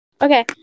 Okay